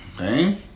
Okay